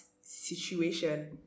situation